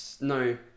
No